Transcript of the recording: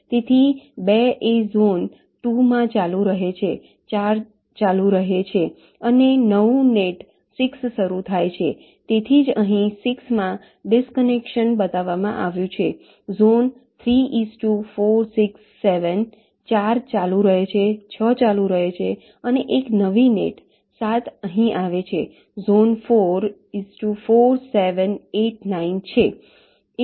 તેથી 2 એ ઝોન 2 માં ચાલુ રહે છે 4 ચાલુ રહે છે અને નવું નેટ 6 શરૂ થાય છે તેથી જ અહીં 6માં ડિસ્કનેક્શન બતાવવામાં આવ્યું છે ઝોન 3 4 6 7 4 ચાલુ રહે છે 6 ચાલુ રહે છે અને એક નવી નેટ 7 અહીં આવે છે ઝોન 4 4 7 8 9 છે